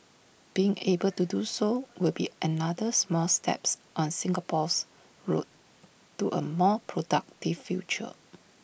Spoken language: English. being able to do so will be another small steps on Singapore's road to A more productive future